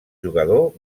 jugador